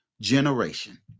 generation